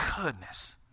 goodness